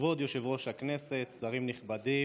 כבוד יושב-ראש הכנסת, שרים נכבדים,